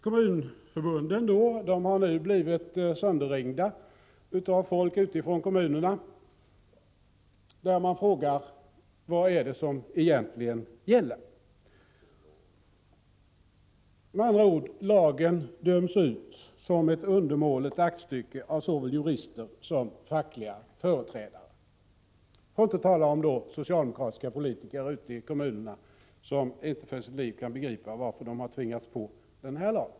Kommunförbunden har blivit nerringda av folk från kommunerna som frågar vad det är som egentligen gäller. Med andra ord: Lagen döms ut som ett undermåligt aktstycke av såväl jurister som fackliga företrädare, för att inte tala om socialdemokratiska politiker ute i kommunerna, som inte för sitt liv kan begripa varför man har tvingat på dem denna lag.